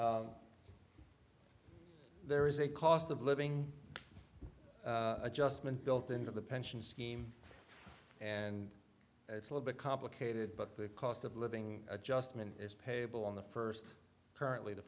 e there is a cost of living adjustment built into the pension scheme and it's a little bit complicated but the cost of living adjustment is payback on the first currently the